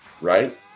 right